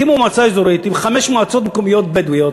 הקימו מועצה אזורית עם חמש מועצות מקומיות בדואיות,